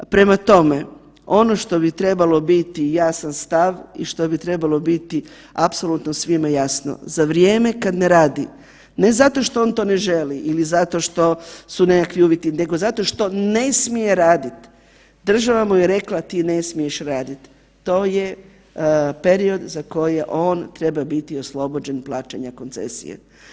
Prema tome, ono bi što trebalo biti jasan stav i što bi trebalo biti apsolutno svima jasno, za vrijeme kad ne radi, ne zato što on to ne želi ili zato što su nekakvi uvjeti, nego zato što ne smije raditi, država mu je rekla ti ne smiješ raditi, to je period za koji on treba biti oslobođen plaćanja koncesije.